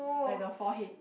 like the forehead